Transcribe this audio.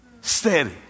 Steady